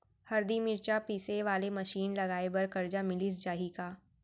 हरदी, मिरचा पीसे वाले मशीन लगाए बर करजा मिलिस जाही का?